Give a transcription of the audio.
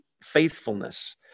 faithfulness